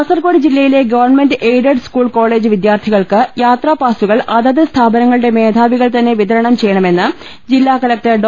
കാസർകോട് ജില്ലയിലെ government aided school college വിദ്യാർത്ഥികൾക്ക് യാത്രാപാസുകൾ അത് സ്ഥാപന ങ്ങളുടെ മേധാവികൾ തന്നെ വിതരണം ചെയ്യണമെന്ന് ജില്ലാകല ക്ടർ ഡോ